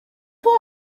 who